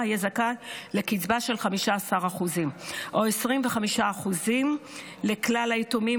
גם יהיה זכאי לקצבה של 15% או 25% לכלל היתומים,